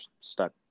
stuck